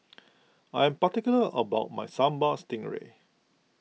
I am particular about my Sambal Stingray